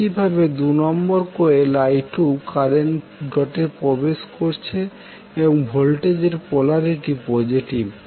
একইভাবে ২নম্বর কয়েলে i2 কারেন্ট ডটে প্রবেশ করছে এবং ভোল্টেজের পোলারিটি পোজিটিভ